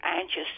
anxious